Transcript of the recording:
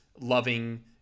loving